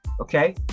okay